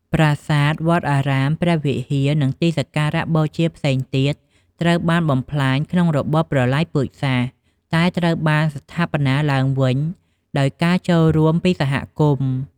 ប្រាសាទ វត្តអារាម ព្រះវិហារ និងទីសក្ការៈបូជាផ្សេងទៀតដែលត្រូវបានបំផ្លាញក្នុងរបបប្រល័យពូជសាសន៍ តែត្រូវបានស្ថាបនាឡើងវិញដោយការចូលរួមពីសហគមន៍។